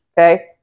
Okay